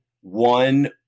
one